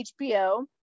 HBO